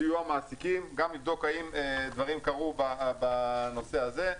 לסיוע מעסיקים גם לבדוק האם דברים קרו בנושא הזה.